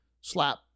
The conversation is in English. slap